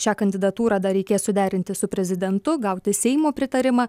šią kandidatūrą dar reikės suderinti su prezidentu gauti seimo pritarimą